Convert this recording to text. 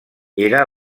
era